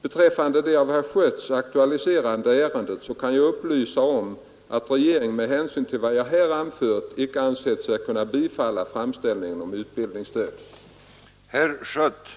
Beträffande det av herr Schött aktualiserade ärendet kan jag upplysa om att regeringen med hänsyn till vad jag här anfört inte ansett sig kunna bifalla framställningen om utbildningsstöd.